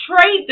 Trade